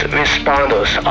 responders